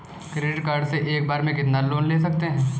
Credit card से एक बार में कितना लोन ले सकते हैं?